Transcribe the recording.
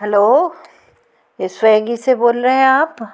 hello ये Swiggy से बोल रहे हैं आप